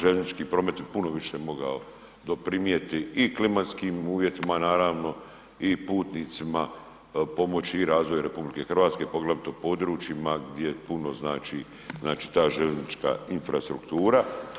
željeznički promet bi puno više mogao doprinijeti i klimatskim uvjetima naravno i putnicima pomoći i razvoju RH, poglavito područjima gdje puno znači ta željeznička infrastruktura.